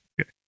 Okay